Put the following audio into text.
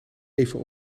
even